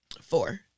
Four